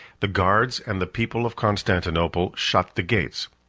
the guards and the people of constantinople shut the gates,